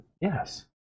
Yes